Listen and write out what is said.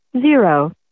zero